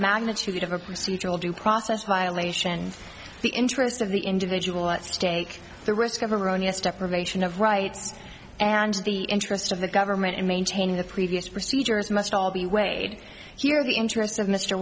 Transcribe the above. magnitude of a procedural due process violation the interest of the individual at stake the risk of erroneous deprivation of rights and the interest of the government in maintaining the previous procedures must all be weighed here the interests of mr